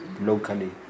locally